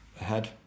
ahead